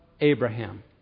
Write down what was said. Abraham